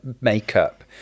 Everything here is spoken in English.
makeup